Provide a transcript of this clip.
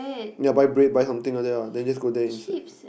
yea buy bread buy something like that lah then just go there inside